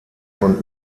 von